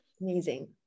amazing